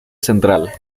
central